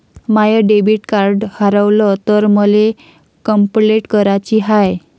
माय debit card हारवल तर मले कंपलेंट कराची हाय